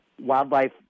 wildlife